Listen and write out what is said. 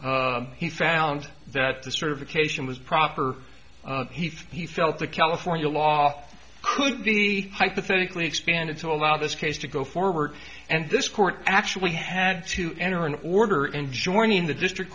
he found that the certification was proper he felt the california law could be hypothetically expanded to allow this case to go forward and this court actually had to enter an order in joining the district